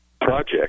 Project